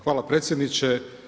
Hvala predsjedniče.